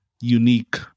unique